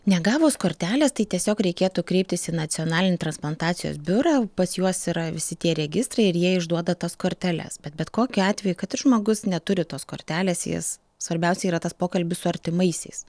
negavus kortelės tai tiesiog reikėtų kreiptis į nacionalinį transplantacijos biurą pas juos yra visi tie registrai ir jie išduoda tas korteles bet bet kokiu atveju kad ir žmogus neturi tos kortelės jis svarbiausia yra tas pokalbis su artimaisiais